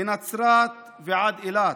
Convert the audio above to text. מנצרת ועד אילת,